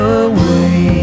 away